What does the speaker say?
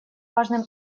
важным